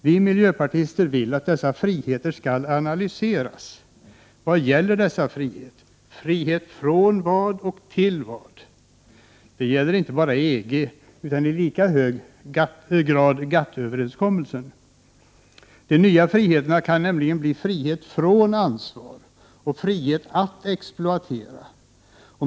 Vi miljöpartister vill att dessa friheter skall analyseras. Vad gäller dessa friheter? Frihet från vad och frihet till vad? Detta gäller inte bara EG utan i lika hög grad GATT-överenskommelsen. De fyra friheterna kan nämligen bli frihet från ansvar och frihet att exploatera.